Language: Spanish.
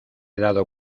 dado